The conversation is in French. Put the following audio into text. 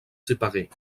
séparés